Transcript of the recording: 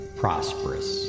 prosperous